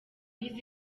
izi